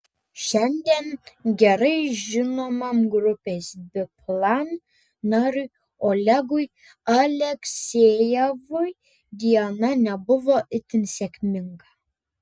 šiandien gerai žinomam grupės biplan nariui olegui aleksejevui diena nebuvo itin sėkminga